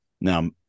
Now